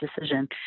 decision